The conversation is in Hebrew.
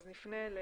אז נפה אליהם.